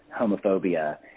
homophobia